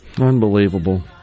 Unbelievable